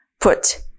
put